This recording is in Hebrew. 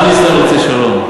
עם ישראל רוצה שלום.